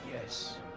Yes